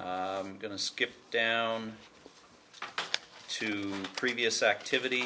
lot going to skip down to previous activity